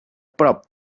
prop